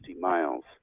miles